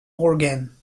organ